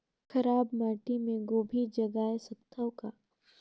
खराब माटी मे गोभी जगाय सकथव का?